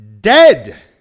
dead